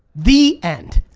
the end.